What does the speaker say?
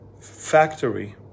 factory